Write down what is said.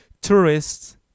tourists